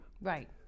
Right